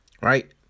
Right